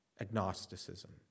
agnosticism